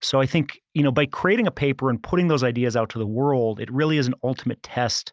so i think you know by creating a paper and putting those ideas out to the world, it really is an ultimate test